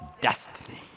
destiny